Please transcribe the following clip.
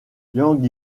yang